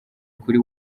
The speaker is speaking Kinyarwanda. kuri